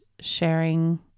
sharing